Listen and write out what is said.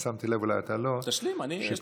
ושמתי לב, אבל אולי אתה לא, תשלים, לי יש חצי שעה.